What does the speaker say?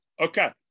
Okay